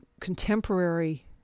contemporary